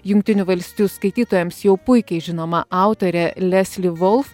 jungtinių valstijų skaitytojams jau puikiai žinoma autorė lesli volf